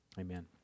Amen